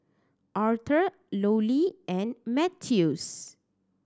Arthor Lollie and Mathews